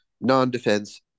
Non-Defense